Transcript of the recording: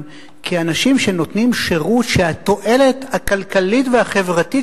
כאל אנשים שנותנים שירות שהתועלת הכלכלית והחברתית